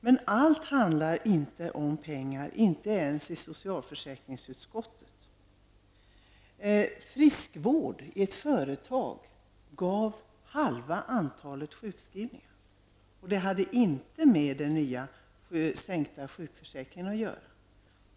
Men allt handlar inte om pengar, inte ens i socialförsäkringsutskottet. Friskvård i ett företag sänkte antalet sjukskrivningar med hälften. Det hade inte med den nya sänkta sjukförsäkringen att göra.